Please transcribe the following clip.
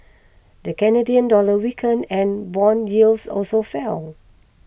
the Canadian dollar weakened and bond yields also fell